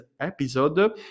episode